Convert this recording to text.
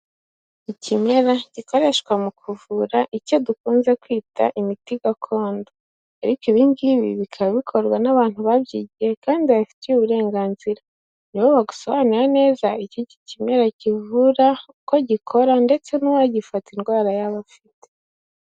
Ikimera gikoreshwa mu kuvura, icyo dukunze kwita imiti gakondo. Ariko ibi ngibi bikaba bikorwa n'abantu babyigiye, kandi baabifitiye uburenganzira. Nibo bagusobanurira neza iby'iki kimera kivura, uko gikora, ndetse n'uwagifata indwara yaba afite.